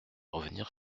revenir